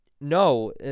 No